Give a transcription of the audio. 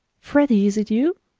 freddie, is it you?